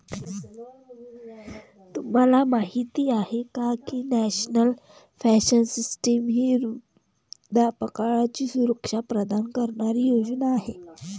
तुम्हाला माहिती आहे का की नॅशनल पेन्शन सिस्टीम ही वृद्धापकाळाची सुरक्षा प्रदान करणारी योजना आहे